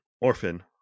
Orphan